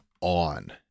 on